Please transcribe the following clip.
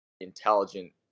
intelligent